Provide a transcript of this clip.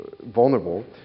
vulnerable